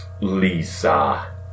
Lisa